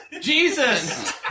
Jesus